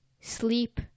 sleep